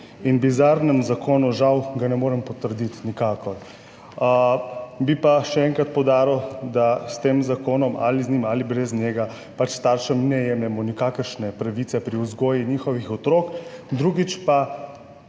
in bizarnem zakonu – žal ga ne morem potrditi nikakor. Bi pa še enkrat poudaril, da s tem zakonom ali z njim ali brez njega pač staršem ne jemljemo nikakršne pravice pri vzgoji njihovih otrok. Drugič pa,